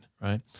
right